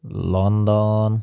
London